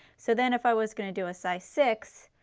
so then if i was going to do a size six,